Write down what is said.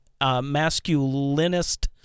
masculinist